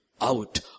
out